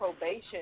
probation